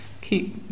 keep